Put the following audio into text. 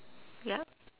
ya